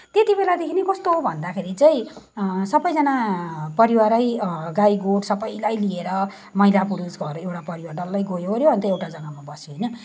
त्यत्ति बेलादेखि नै कस्तो भन्दादेखि चाहिँ सबैजना परिवारै गाईगोठ सबैलाई लिएर महिला पुरुष घरै एउटा परिवारै डल्लै गयो वर्यो अनि त एउटा जग्गामा बस्यो होइन